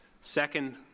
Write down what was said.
Second